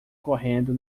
correndo